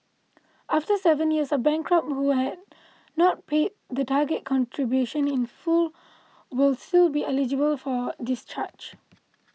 after seven years a bankrupt who has not paid the target contribution in full will still be eligible for discharge